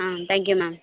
ம் thank you ma'am